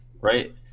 Right